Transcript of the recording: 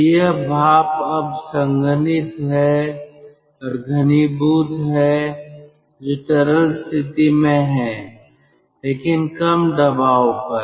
तो यह भाप अब संघनित है और घनीभूत है जो तरल स्थिति में है लेकिन कम दबाव पर